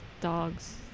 dogs